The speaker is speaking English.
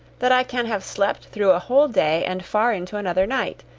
that i can have slept through a whole day and far into another night.